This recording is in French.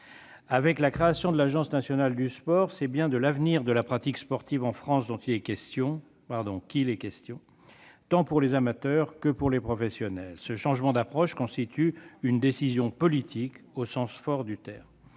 Avec la création de l'Agence nationale du sport, c'est bien de l'avenir de la pratique sportive en France qu'il est question, tant pour les amateurs que pour les professionnels. Ce changement d'approche constitue une décision politique au sens fort du terme.